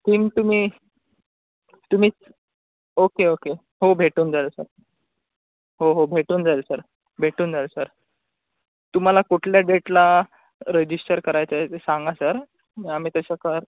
theme तुम्ही तुम्ही okay okay हो भेटून जाईल सर हो हो भेटून जाईल सर भेटून जाईल सर तुम्हाला कुठल्या डेटला रजिस्टर करायचं आहे ते सांगा सर आम्ही तसं कर